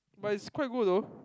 but it's quite good though